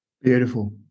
Beautiful